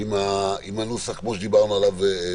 עם הנוסח שדיברנו עליו מקודם.